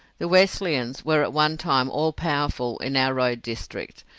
the wesleyans were at one time all-powerful in our road district,